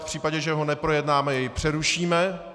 V případě, že ho neprojednáme, jej přerušíme.